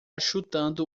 chutando